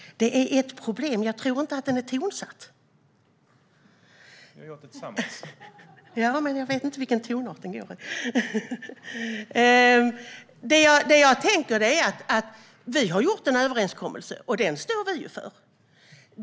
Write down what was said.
Herr talman! Det är ett problem, för jag tror inte att överenskommelsen är tonsatt. : Då gör vi det tillsammans.) Ja, men jag vet inte i vilken tonart den går. Det jag tänker är att vi har gjort en överenskommelse, och den står vi för.